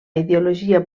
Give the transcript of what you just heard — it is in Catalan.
ideologia